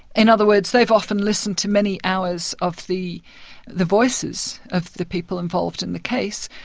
in other words, they've often listened to many hours of the the voices of the people involved in the case,